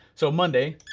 so monday,